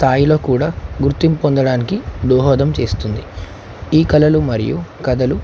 స్థాయిలో కూడా గుర్తిం పొందడానికి దోహదం చేస్తుంది ఈ కళలు మరియు కథలు